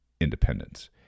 Independence